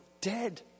dead